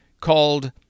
called